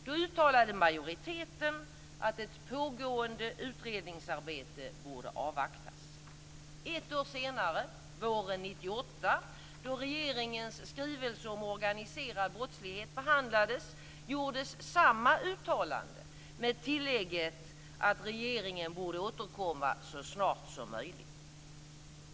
Då uttalade majoriteten att ett pågående utredningsarbete borde avvaktas. Ett år senare, våren 1998, då regeringens skrivelse om organiserad brottslighet behandlades, gjordes samma uttalande med tillägget att regeringen borde återkomma så snart som möjligt.